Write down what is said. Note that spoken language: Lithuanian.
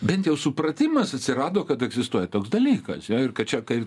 bent jau supratimas atsirado kad egzistuoja toks dalykas jo ir kad čia kai